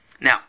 Now